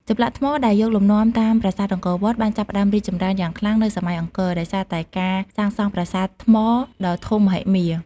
ចម្លាក់ថ្មដែលយកលំនាំតាមប្រាសាទអង្គរវត្ត បានចាប់ផ្ដើមរីកចម្រើនយ៉ាងខ្លាំងនៅសម័យអង្គរ ដោយសារតែការសាងសង់ប្រាសាទថ្មដ៏ធំមហិមា។